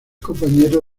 compañero